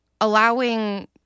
allowing